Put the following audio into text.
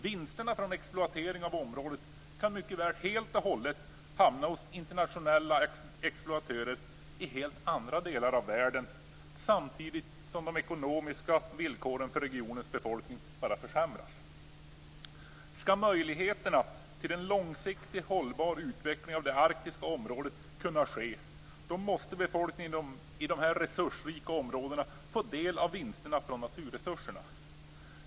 Vinsterna från exploatering av området kan mycket väl helt och hållet hamna hos internationella exploatörer i helt andra delar av världen samtidigt som de ekonomiska villkoren för regionens befolkning förvärras. Skall en långsiktigt hållbar utveckling av det arktiska området kunna ske måste befolkningen i dessa resursrika områden få del vinsterna från naturresurserna.